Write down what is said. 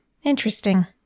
Interesting